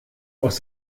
aus